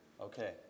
Okay